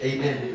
Amen